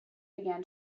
began